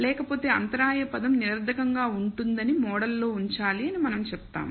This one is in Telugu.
లేకపోతే అంతరాయ పదం నిరర్ధకంగా ఉంటుందని మోడల్లో ఉంచాలి అని మనం చెప్తాం